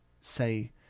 say